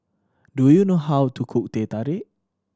do you know how to cook Teh Tarik